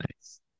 Nice